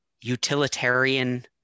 utilitarian